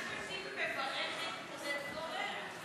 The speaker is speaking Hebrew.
אחמד טיבי מברך את עודד פורר.